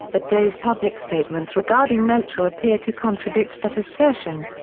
but day's public statements regarding melcher appear to contradict that assertion.